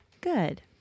Good